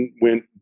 went